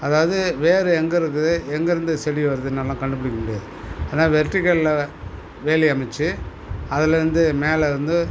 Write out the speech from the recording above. அதாவது வேர் எங்கே இருக்குது எங்கே இருந்து செடி வருதுன்னெல்லாம் கண்டுபிடிக்க முடியாது ஆனால் வெர்டிக்களில் வேலி அமைச்சி அதில் வந்து மேலே வந்து